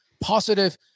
positive